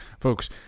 Folks